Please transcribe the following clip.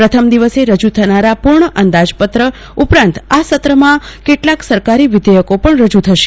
પ્રથમ દિવસે રજુ થનારા પૂર્ણ અંદાજપત્ર ઉપરાંત આ સત્રમાં કેટલાક સરકારી વિધેયકો પણ રજુ થનાર છે